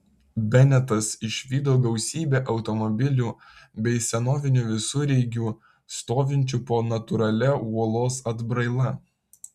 benetas išvydo gausybę automobilių bei senovinių visureigių stovinčių po natūralia uolos atbraila